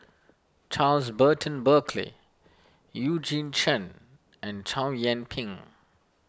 Charles Burton Buckley Eugene Chen and Chow Yian Ping